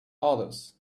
others